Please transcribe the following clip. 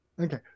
okay